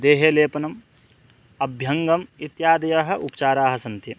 देहेलेपनम् अभ्यङ्गम् इत्यादयः उपचाराः सन्ति